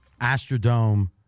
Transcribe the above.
Astrodome